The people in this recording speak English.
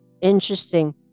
Interesting